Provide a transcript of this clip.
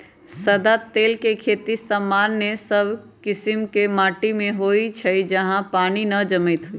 सदा तेल के खेती सामान्य सब कीशिम के माटि में होइ छइ जहा पानी न जमैत होय